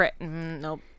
Nope